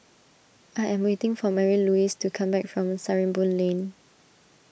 I am waiting for Marylouise to come back from Sarimbun Lane